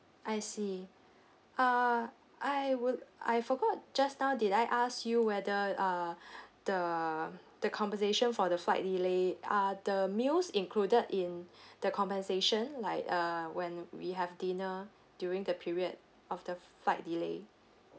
I see uh I would I forgot just now did I ask you whether uh the the compensation for the flight delay are the meals included in the compensation like uh when we have dinner during the period of the flight delay